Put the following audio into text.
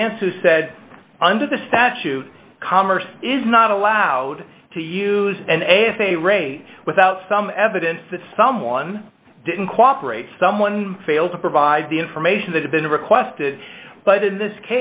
stance who said under the statute commerce is not allowed to use a rate without some evidence that someone didn't cooperate someone failed to provide the information that had been requested but in this